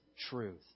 truth